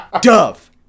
dove